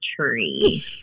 tree